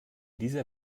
dieser